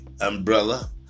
umbrella